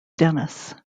dennis